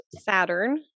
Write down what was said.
Saturn